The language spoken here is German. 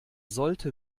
sollte